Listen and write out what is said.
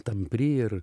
tampri ir